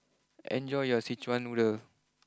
enjoy your Szechuan Noodle